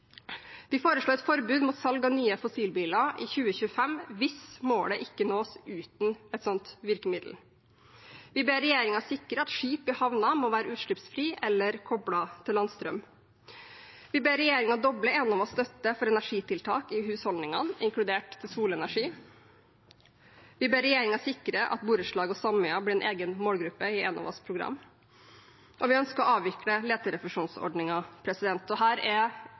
Vi foreslår et forbud mot salg av nye fossilbiler fra 2025 hvis målet ikke nås uten et slikt virkemiddel. Vi ber regjeringen sikre at skip i havner må være utslippsfrie eller koblet til landstrøm. Vi ber regjeringen doble Enovas støtte til energitiltak i husholdningene, inkludert solenergi. Vi ber regjeringen sikre at borettslag og sameier blir en egen målgruppe i Enovas program. Vi ønsker å avvikle leterefusjonsordningen. Her er ordlyden i forslaget, forslag nr. 29, fra SV og